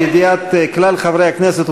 לידיעת כלל חברי הכנסת,